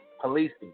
policing